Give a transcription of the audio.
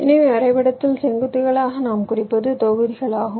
எனவே வரைபடத்தில் செங்குத்துகளாக நாம் குறிப்பது தொகுதிகள் ஆகும்